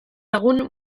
egun